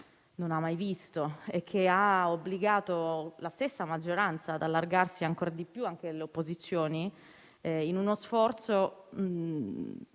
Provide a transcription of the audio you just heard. non ha mai visto, e che ha obbligato la stessa maggioranza ad allargarsi ancora di più, anche alle opposizioni, in uno sforzo